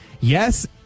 yes